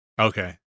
Okay